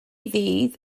ddydd